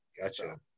Gotcha